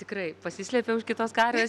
tikrai pasislėpė už kitos karvės